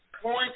Point